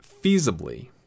feasibly